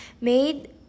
made